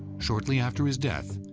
shortly after his death,